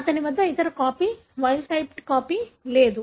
అతని వద్ద ఇతర కాపీ వైల్డ్ టైప్ కాపీ లేదు